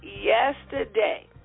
Yesterday